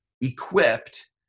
equipped